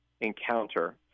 encounter